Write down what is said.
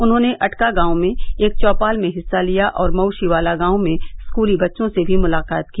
उन्होंने अटका गांव में एक चौपाल में हिस्सा लिया और मऊ शिवाला गांव में स्कूली बच्चों से भी मुलाकात की